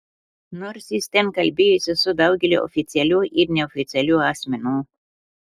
nors jis ten kalbėjosi su daugeliu oficialių ir neoficialių asmenų